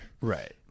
Right